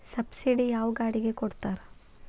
Subsidy ಯಾವ ಗಾಡಿಗೆ ಕೊಡ್ತಾರ?